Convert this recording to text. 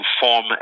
form